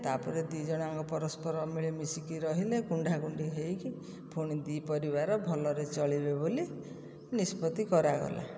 ତାପରେ ଦୁଇଜଣ ଯାକ ପରସ୍ପର ମିଳିମିଶିକି ରହିଲେ କୁଣ୍ଢାକୁଣ୍ଢି ହୋଇକି ଫୁଣି ଦୁଇ ପରିବାର ଭଲରେ ଚଳିବେ ବୋଲି ନିଷ୍ପତି କରାଗଲା